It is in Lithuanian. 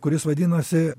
kuris vadinosi